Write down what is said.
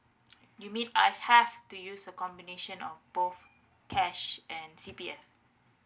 you mean I have to use a combination of both cash and C_P_F